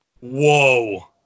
Whoa